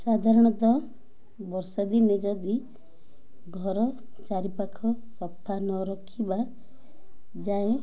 ସାଧାରଣତଃ ବର୍ଷା ଦିନେ ଯଦି ଘର ଚାରିପାଖ ସଫା ନ ରଖିବା ଯାଏଁ